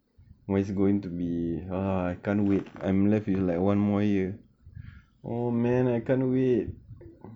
what is going to me ah I can't wait I'm left with like one more year old man I can away